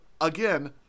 again